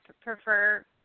prefer